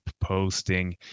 posting